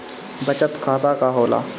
बचत खाता का होला?